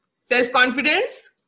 Self-confidence